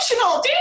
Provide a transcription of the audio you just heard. emotional